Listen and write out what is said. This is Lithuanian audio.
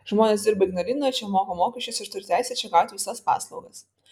žmonės dirba ignalinoje čia moka mokesčius ir turi teisę čia gauti visas paslaugas